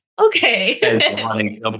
Okay